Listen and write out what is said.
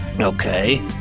Okay